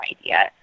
idea